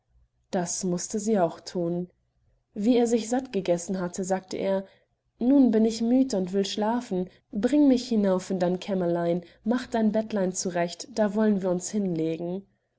das mußte sie auch thun wie er sich satt gegessen hatte sagte er nun bin ich müd und will schlafen bring mich hinauf in dein kämmerlein mach dein bettlein zurecht da wollen wir uns hineinlegen